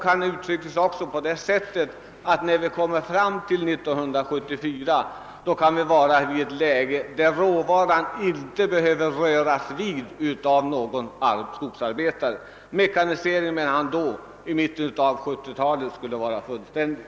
Han sade också att vi 1974 kan vara i det läget att råvaran inte behöver röras av någon skogsarbetare. Mekaniseringen skulle, menar domänverkets chef, i mitten av 1970-talet vara fullständig.